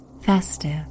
festive